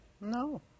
No